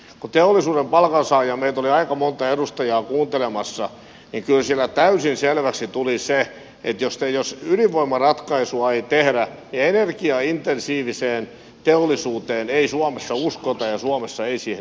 kun teollisuuden palkansaajia oli meitä aika monta edustajaa kuuntelemassa niin kyllä siellä täysin selväksi tuli se että jos ydinvoimaratkaisua ei tehdä niin energiaintensiiviseen teollisuuteen ei suomessa uskota eikä suomessa siihen investoida